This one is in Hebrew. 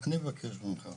אני אבקש ממך,